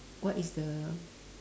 what is the